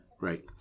Right